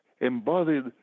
embodied